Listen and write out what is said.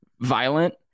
Violent